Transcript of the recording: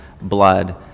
blood